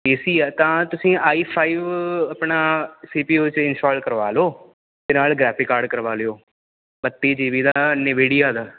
ਪੀ C ਹੈ ਤਾਂ ਤੁਸੀਂ ਆਈ ਫਾਈਵ ਆਪਣਾ ਸੀ ਪੀ ਯੂ 'ਚ ਇੰਸਟੋਲ ਕਰਵਾ ਲਓ ਅਤੇ ਨਾਲ਼ ਗ੍ਰੈਫਿਕ ਕਾਰਡ ਕਰਵਾ ਲਿਓ ਬੱਤੀ ਜੀ ਬੀ ਦਾ ਨਬੀੜਿਆ ਦਾ